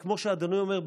כמו שאדוני אומר,